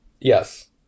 yes